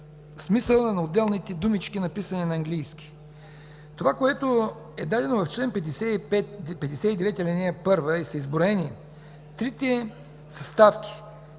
смисъла на отделните думички, написани на английски. Това, което е дадено в чл. 59, ал. 1 и са изброени трите съставки